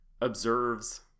observes